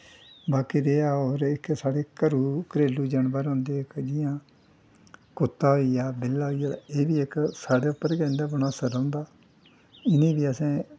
बाकी रेहा ओह् रेह् साढ़ै एह्के घरू घरेलू जानवर होंदे जि'यां कुत्ता होई गेआ बिल्ला होई गेआ एह् बी इक साढ़े पर गै इं'दा मनसर रौंह्दा इ'नें गी बी असें